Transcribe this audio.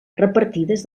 repartides